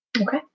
Okay